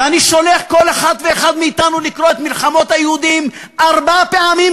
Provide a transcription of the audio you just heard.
ואני שולח כל אחת ואחד מאתנו לקרוא את "מלחמות היהודים" ארבע פעמים,